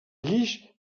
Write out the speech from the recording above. guix